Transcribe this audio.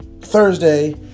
Thursday